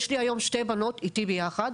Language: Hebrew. יש לי היום שתי בנות איתי ביחד,